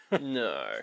No